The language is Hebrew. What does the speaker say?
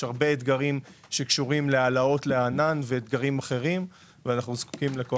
יש הרבה אתגרים שקשורים להעלאות לענן ואנחנו זקוקים לכוח אדם נוסף.